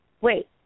Wait